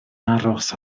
aros